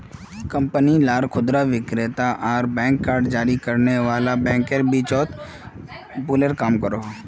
company ला खुदरा विक्रेता आर बैंक कार्ड जारी करने वाला बैंकेर बीचोत पूलेर काम करोहो